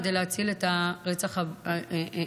כדי למנוע את הרצח הבא,